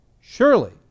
Surely